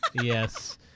Yes